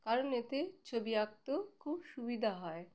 কারণ এতে ছবি আঁকতেও খুব সুবিধা হয়